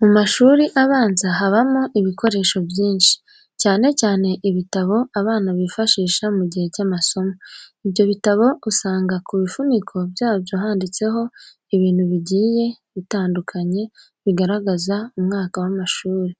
Mu mashuri abanza habamo ibikoresho byinshi, cyane cyane ibitabo abana bifashisha mu gihe cy'amasomo. Ibyo bitabo usanga ku bifuniko byabyo handitseho ibintu bigiye bitandukanye bigaragaza umwaka w'amashuri